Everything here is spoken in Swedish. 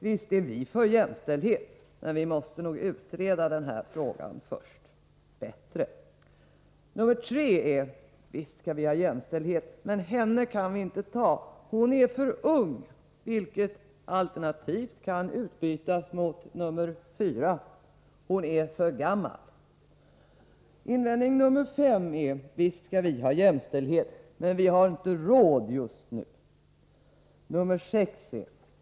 Visst är vi för jämställdhet, men vi måste nog först utreda den här frågan bättre. 3. Visst skall vi ha jämställdhet, men henne kan vi inte ta. Hom är för ung. Alternativt kan denna invändning utbytas mot 4. Hon är för gammal. 5. Visst skall vi ha jämställdhet, men vi har inte råd just nu. 6.